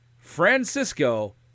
Francisco